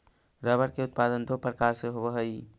rubber के उत्पादन दो प्रकार से होवऽ हई